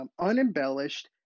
unembellished